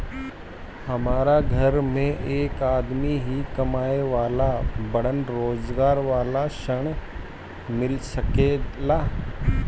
हमरा घर में एक आदमी ही कमाए वाला बाड़न रोजगार वाला ऋण मिल सके ला?